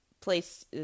place